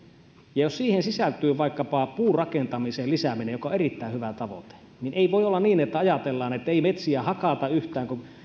ja jos siihen sisältyy vaikkapa puurakentamisen lisääminen joka on erittäin hyvä tavoite niin ei voi olla niin että ajatellaan ettei metsiä hakata yhtään kun